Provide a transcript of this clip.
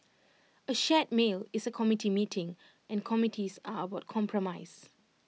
A shared meal is A committee meeting and committees are about compromise